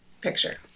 picture